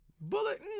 Bullet